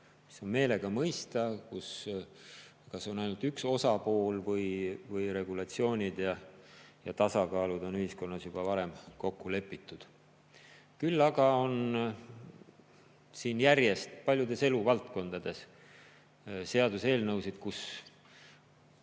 on] mõistetav, on ainult üks osapool või regulatsioonid ja tasakaalud on ühiskonnas juba varem kokku lepitud. Samas on järjest paljudes eluvaldkondades seaduseelnõusid,